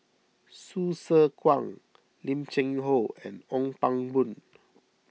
Hsu Tse Kwang Lim Cheng Hoe and Ong Pang Boon